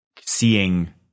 seeing